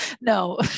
no